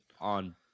on